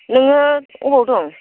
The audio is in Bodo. नोंङो बबेयाव दं